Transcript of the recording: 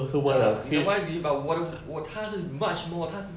ya your wife already but 我的我她是 much more 她是